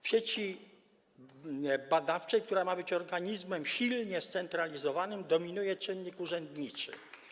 W sieci badawczej, która ma być organizmem silnie scentralizowanym, dominuje czynnik urzędniczy.